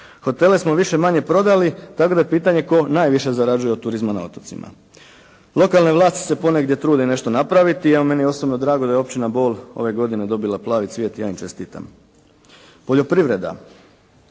Hotele smo više-manje prodali, tako da je pitanje tko najviše zarađuje od turizma na otocima. Lokalne vlasti se ponegdje trude nešto napraviti. Evo, meni je osobno drago da je općina Bol ove godine dobila "Plavi cvijet" i ja im čestitam. Poljoprivreda.